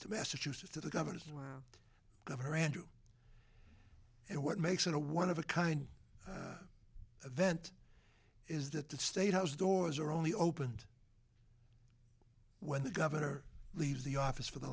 to massachusetts to the governor governor andrew and what makes it a one of a kind of vent is that the state house doors are only opened when the governor leaves the office for the